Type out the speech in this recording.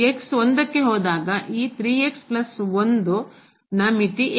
x 1 ಕ್ಕೆ ಹೋದಾಗ ಈ ನ ಮಿತಿ ಏನು